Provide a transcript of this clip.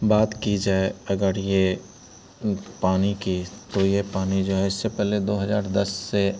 बात की जाए अगर यह तो पानी की तो यह पानी जो है इससे पहले दो हज़ार दस से